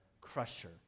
crusher